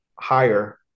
higher